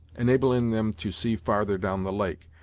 enabling them to see farther down the lake,